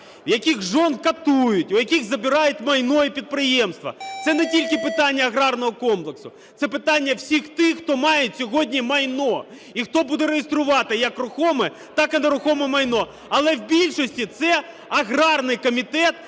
в яких жен катують, у яких забирають майно і підприємства? Це не тільки питання аграрного комплексу - це питання всіх тих, хто мають сьогодні майно і хто буде реєструвати як рухоме, так і нерухоме майно. Але в більшості це аграрний комітет